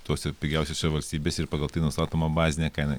tose pigiausiose valstybėse ir pagal tai nustatoma bazinė kaina